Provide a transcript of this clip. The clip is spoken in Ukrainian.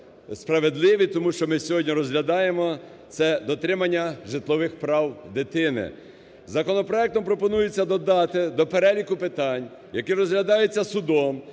справедливі, тому що ми сьогодні розглядаємо це дотримання житлових прав дитини. Законопроектом пропонується додати до переліку питань, які розглядаються судом